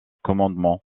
commandement